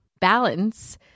balance